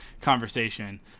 conversation